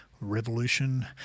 revolution